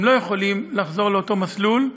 הם לא יכולים לחזור לאותו מסלול,